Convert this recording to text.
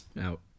Out